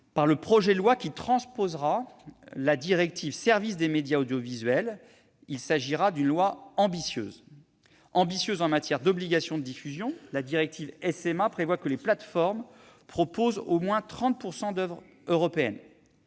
par le projet de loi qui transposera la directive « services des médias audiovisuels », ou SMA. Il s'agira d'une loi ambitieuse. Elle sera ambitieuse en matière d'obligations de diffusion : la directive SMA prévoit que les plateformes proposent au moins 30 % d'oeuvres européennes.